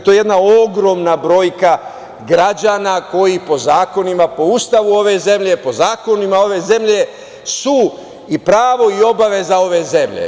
To je jedna ogromna brojka građana koji po zakonima, po Ustavu ove zemlje, po zakonima ove zemlje su i pravo i obaveza ove zemlje.